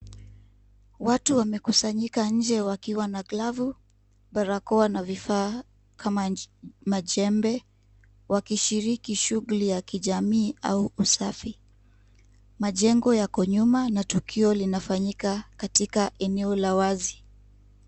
Watu wamekusanyika nje wakiwa na glavu, barakoa na vifaa kama majembe, wakishiriki shughuli ya kijamii au usafi. Majengo yako nyuma na tukio linafanyika katika eneo la wazi.